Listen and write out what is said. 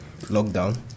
lockdown